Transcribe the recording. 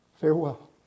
Farewell